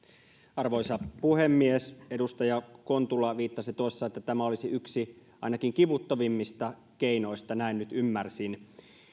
arvoisa puhemies edustaja kontula viittasi tuossa että tämä olisi yksi ainakin kivuttomimmista keinoista näin nyt ymmärsin